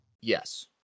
Yes